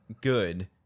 good